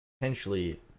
potentially